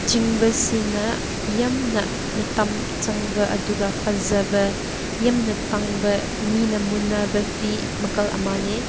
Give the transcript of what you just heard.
ꯆꯤꯡꯕꯁꯤꯅ ꯌꯥꯝꯅ ꯃꯇꯝ ꯆꯪꯕ ꯑꯗꯨꯒ ꯐꯖꯕ ꯌꯥꯝꯅ ꯇꯥꯡꯕ ꯃꯤꯅ ꯃꯨꯟꯅꯕ ꯐꯤ ꯃꯈꯜ ꯑꯃꯅꯤ